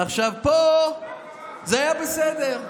עכשיו, פה זה היה בסדר.